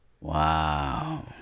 Wow